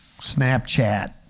Snapchat